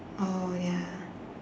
oh ya